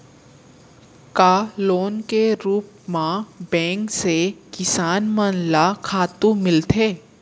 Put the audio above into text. का लोन के रूप मा बैंक से किसान मन ला खातू मिलथे?